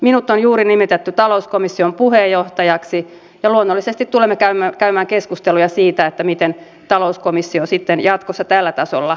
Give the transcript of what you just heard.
minut on juuri nimitetty talouskomission puheenjohtajaksi ja luonnollisesti tulemme käymään keskusteluja siitä miten talouskomissio sitten jatkossa tällä tasolla kokoontuu